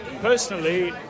personally